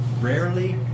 rarely